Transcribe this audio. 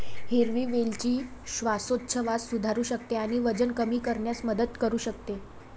हिरवी वेलची श्वासोच्छवास सुधारू शकते आणि वजन कमी करण्यास मदत करू शकते